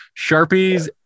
Sharpies